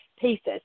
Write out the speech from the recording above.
pieces